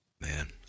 Man